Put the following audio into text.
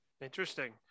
Interesting